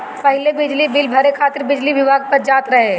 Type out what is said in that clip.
पहिले बिजली बिल भरे खातिर बिजली विभाग पअ जात रहे